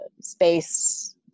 space